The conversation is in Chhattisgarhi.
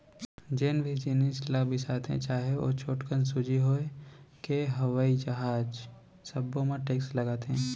जेन भी जिनिस ल बिसाथे चाहे ओ छोटकन सूजी होए के हवई जहाज सब्बो म टेक्स लागथे